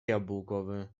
jabłkowy